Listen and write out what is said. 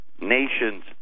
Nation's